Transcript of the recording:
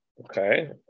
Okay